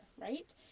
Right